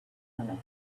and